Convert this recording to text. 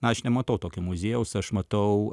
aš nematau tokio muziejaus aš matau